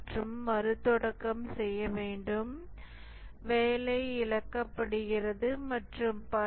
நாம் மறுதொடக்கம் செய்ய வேண்டும் வேலை இழக்கப்படுகிறது மற்றும் பல